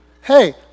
Hey